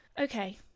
Okay